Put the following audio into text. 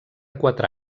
quatre